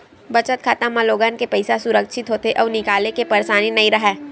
बचत खाता म लोगन के पइसा ह सुरक्छित होथे अउ निकाले के परसानी नइ राहय